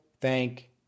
thank